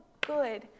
good